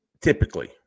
typically